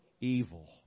evil